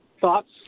Thoughts